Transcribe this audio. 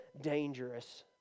dangerous